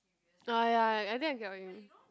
oh ya I think I get what you mean